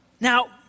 Now